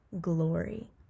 glory